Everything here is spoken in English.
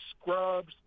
scrubs